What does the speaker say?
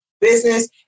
business